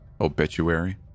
Obituary